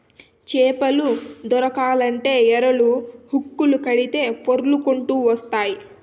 చేపలు దొరకాలంటే ఎరలు, హుక్కులు కడితే పొర్లకంటూ వస్తాయి